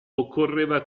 occorreva